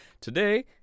Today